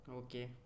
okay